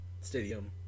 Stadium